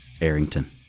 Arrington